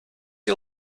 you